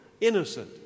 innocent